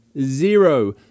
Zero